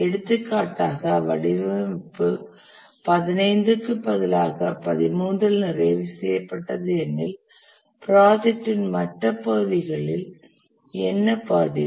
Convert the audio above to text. எடுத்துக்காட்டாக வடிவமைப்பு 15 க்கு பதிலாக 13 ல் நிறைவு செய்யப்பட்டது எனில் ப்ராஜெக்டின் மற்ற பகுதிகளில் என்ன பாதிப்பு